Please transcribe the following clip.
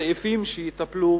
סעיפים שיטפלו